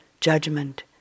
judgment